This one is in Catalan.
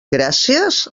gràcies